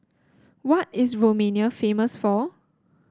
what is Romania famous for